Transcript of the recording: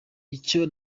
icyo